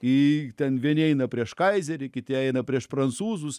į ten vieni eina prieš kaizerį kiti eina prieš prancūzus